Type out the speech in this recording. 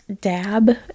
dab